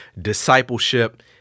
discipleship